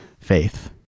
faith